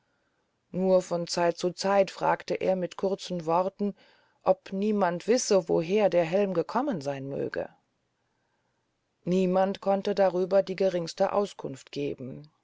nur von zeit zu zeit fragte er mit kurzen worten ob niemand wisse woher der helm gekommen seyn möge niemand konnte darüber die geringste auskunft geben